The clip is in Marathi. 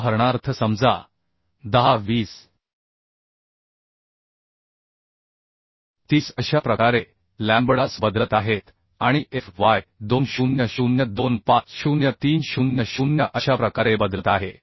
उदाहरणार्थ समजा 10 20 30 अशा प्रकारे लॅम्बडास बदलत आहेत आणि एफ वाय 200 250 300 अशा प्रकारे बदलत आहे